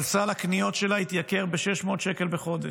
אבל סל הקניות שלה התייקר ב-600 שקלים בחודש.